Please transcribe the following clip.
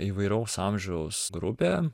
įvairaus amžiaus grupę